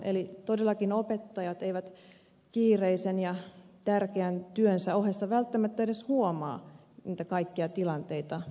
todellakaan opettajat eivät kiireisen ja tärkeän työnsä ohessa välttämättä edes huomaa niitä kaikkia tilanteita mitä on